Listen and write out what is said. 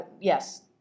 yes